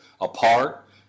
apart